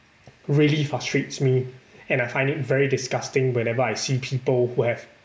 really frustrates me and I find it very disgusting whenever I see people who have